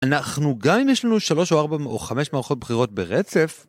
אנחנו גם אם יש לנו 3 או 4 או 5 מערכות בחירות ברצף